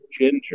ginger